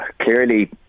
clearly